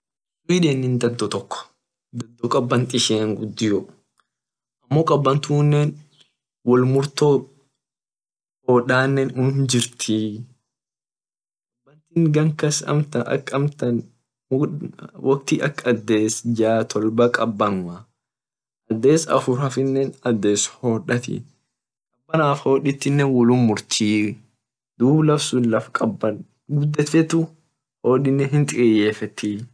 Sweden dado tok kaban ishian gudio amo kaban tunne wol murto hoda unum jirtii ishin gan kas wokti ak ades jaa tolba kabanumaa ades afur hafine ades hodatii kabana hoditi wolum murtii dub laftun laf kabana lila tetu hodinne hindikiyefetii.